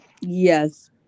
yes